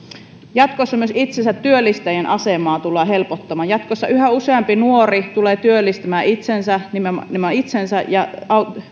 jatkossa myös itsensätyöllistäjien asemaa tullaan helpottamaan jatkossa yhä useampi nuori tulee työllistämään itsensä nimenomaan itsensä ja